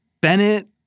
Bennett